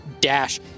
dash